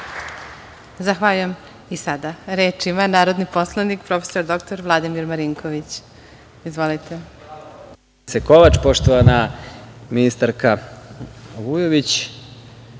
Zahvaljujem. Reč ima narodni poslanik prof. dr Vladimir Marinković. Izvolite.